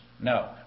No